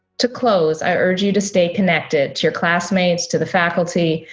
to close, i urge you to stay connected to your classmates, to the faculty,